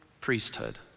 priesthood